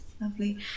lovely